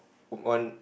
one